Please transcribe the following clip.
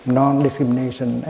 non-discrimination